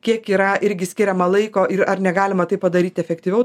kiek yra irgi skiriama laiko ir ar negalima tai padaryti efektyviau